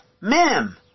mem